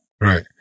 right